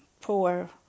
poor